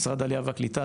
משרד העלייה והקליטה,